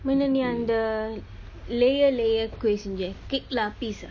mini நீ அந்த:nii andtha err layer layer cussing cake kick lah piece ah